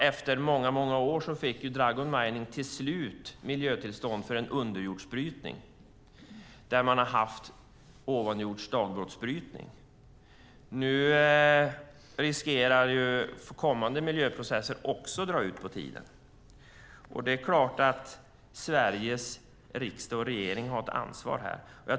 Efter många, många år fick Dragon Mining till slut miljötillstånd för en underjordsbrytning där man hade haft dagbrottsbrytning ovan jord. Nu riskerar kommande miljöprocesser också att dra ut på tiden. Det är klart att Sveriges riksdag och regering har ett ansvar här.